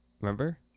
Remember